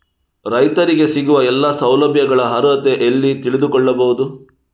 ರೈತರಿಗೆ ಸಿಗುವ ಎಲ್ಲಾ ಸೌಲಭ್ಯಗಳ ಅರ್ಹತೆ ಎಲ್ಲಿ ತಿಳಿದುಕೊಳ್ಳಬಹುದು?